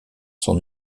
son